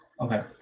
Okay